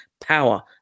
power